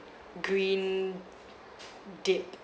green dip